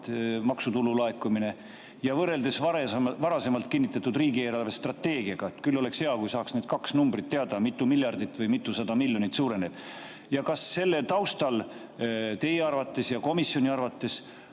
maksutulu laekumine – ja võrreldes varasemalt kinnitatud riigi eelarvestrateegiaga? Küll oleks hea, kui saaks need kaks numbrit teada, mitu miljardit või mitusada miljonit suureneb. Ja kas selle taustal teie arvates ja komisjoni arvates